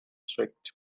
strict